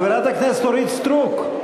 חברת הכנסת אורית סטרוק.